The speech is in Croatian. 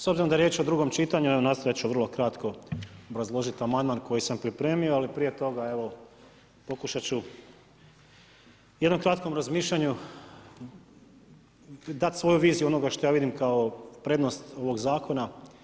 S obzirom da je riječ o drugom čitanju, evo nastojat ću vrlo kratko obrazložiti amandman koji sam pripremio, ali prije toga pokušati ću jednom kratkom razmišljanju dati svoju viziju onoga što ja vidim kao prednost ovog Zakona.